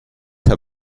herr